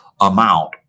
amount